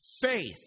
faith